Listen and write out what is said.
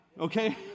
Okay